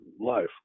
life